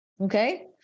okay